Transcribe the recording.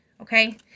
Okay